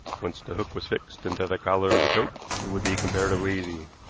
once the hook was fixed into the collar of the coat it would be comparatively easy.